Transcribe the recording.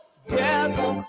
together